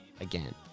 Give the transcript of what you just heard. again